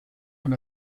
und